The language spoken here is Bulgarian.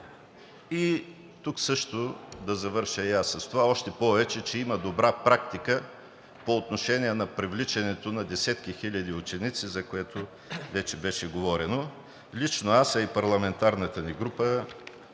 Тук ще завърша с това – още повече, че има добра практика по отношение на привличането на десетки хиляди ученици, за което вече беше говорено. Лично аз, а и парламентарната ми група